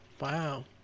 Wow